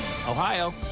Ohio